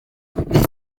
this